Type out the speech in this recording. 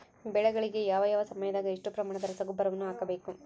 ಬೆಳೆಗಳಿಗೆ ಯಾವ ಯಾವ ಸಮಯದಾಗ ಎಷ್ಟು ಪ್ರಮಾಣದ ರಸಗೊಬ್ಬರವನ್ನು ಹಾಕಬೇಕು?